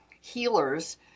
healers